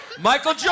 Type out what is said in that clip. Michael